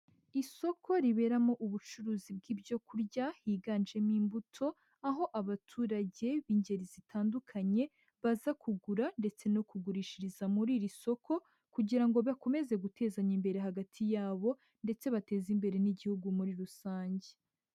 Isoko riberamo ubucuruzi bw'ibyo kurya higanjemo imbuto, aho abaturage b'ingeri zitandukanye baza kugura ndetse no kugurishiriza muri iri soko kugira ngo bakomeze gutezanya imbere hagati yabo ndetse bateze imbere n'igihugu muri rusange.